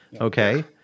okay